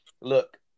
look